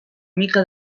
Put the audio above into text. mica